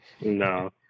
No